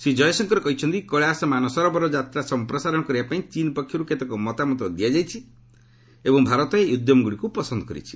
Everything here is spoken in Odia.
ଶ୍ରୀ କୟଶଙ୍କର କହିଛନ୍ତି କୈଳାଶ ମାନସରୋବର ଯାତ୍ରା ସମ୍ପ୍ରସାରଣ କରିବା ପାଇଁ ଚୀନ୍ ପକ୍ଷରୁ କେତେକ ମତାମତ ଦିଆଯାଇଛି ଏବଂ ଭାରତ ଏହି ଉଦ୍ୟମଗୁଡ଼ିକୁ ପସନ୍ଦ କରିଛି